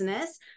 business